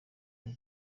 kuko